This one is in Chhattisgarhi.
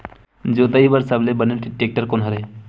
जोताई बर सबले बने टेक्टर कोन हरे?